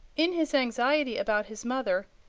in his anxiety about his mother,